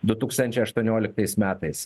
du tūkstančiai aštuonioliktais metais